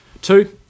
two